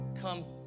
come